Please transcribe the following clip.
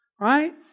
right